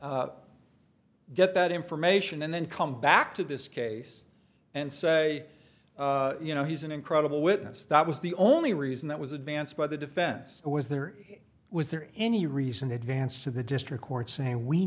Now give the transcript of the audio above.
get that information and then come back to this case and say you know he's an incredible witness that was the only reason that was advanced by the defense was there was there any reason advanced to the district court saying we